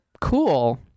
cool